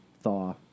Thaw